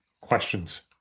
questions